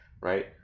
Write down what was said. right